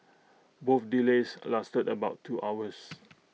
both delays lasted about two hours